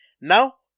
now